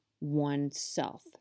oneself